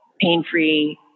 pain-free